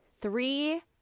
Three